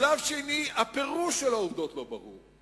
בשלב שני, הפירוש של העובדות לא ברור.